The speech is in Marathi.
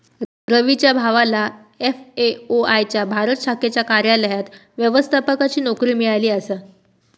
रवीच्या भावाला एफ.ए.ओ च्या भारत शाखेच्या कार्यालयात व्यवस्थापकाची नोकरी मिळाली आसा